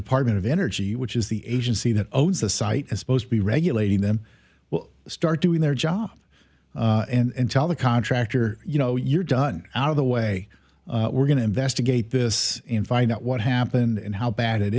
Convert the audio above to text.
department of energy which is the agency that owns the site as supposed to be regulating them well start doing their job and tell the contractor you know you're done out of the way we're going to investigate this and find out what happened and how bad it